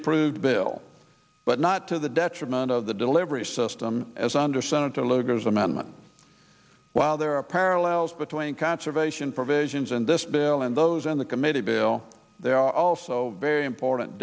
approved bill but not to the detriment of the delivery system as under senator lugar's amendment while there are parallels between conservation provisions in this bill and those in the committee bill there are also very important